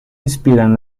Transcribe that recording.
inspiran